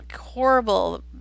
horrible